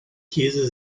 käse